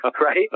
right